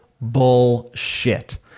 bullshit